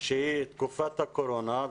שהיא תקופת הקורונה.